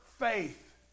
faith